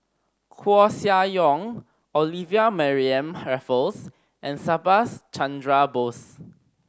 Koeh Sia Yong Olivia Mariamne Raffles and Subhas Chandra Bose